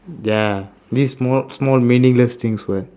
ya this is small small meaningless things [what]